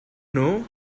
know